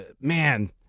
man